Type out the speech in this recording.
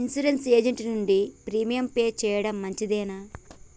Insurance agent నుండి premium pay చేయడం మంచిదేనా?